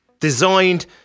designed